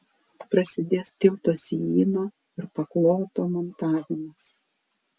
prasidės tilto sijyno ir pakloto montavimas